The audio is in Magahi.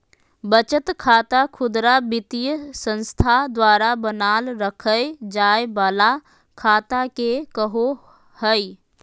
बचत खाता खुदरा वित्तीय संस्था द्वारा बनाल रखय जाय वला खाता के कहो हइ